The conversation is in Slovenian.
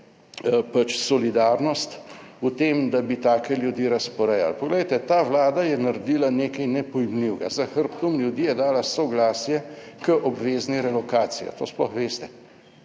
pač solidarnost v tem, da bi take ljudi razporejali. Poglejte, ta vlada je naredila nekaj nepojmljivega. Za hrbtom ljudi je dala soglasje k obvezni relokaciji. Ali to sploh veste?